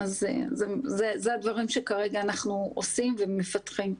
אלו הדברים שאנחנו כרגע עושים ומפתחים.